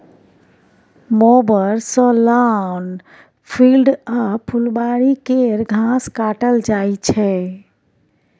mower सँ lawn, field आ फुलबारी केर घास काटल जाइ छै